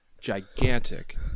gigantic